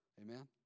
Amen